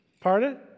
Pardon